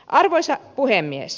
arvoisa puhemies